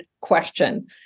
question